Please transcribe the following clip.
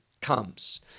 comes